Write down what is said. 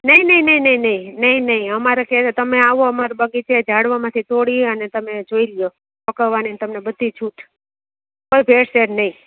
નહીં નહીં નહીં નહીં નહીં નહીં નહીં અમારે ત્યાં તમે આવો અમારા બગીચે ઝાડવામાંથી તોડી અને તમે જોઈ લો પકવવાની ને તમને બધી છૂટ કોઈ ભેળસેળ નહીં